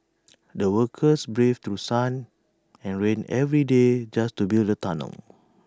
the workers braved through sun and rain every day just to build the tunnel